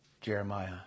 Jeremiah